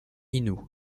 inoue